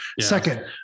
Second